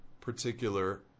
particular